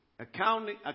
Accounting